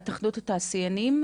התאחדות התעשיינים,